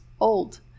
old